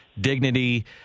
dignity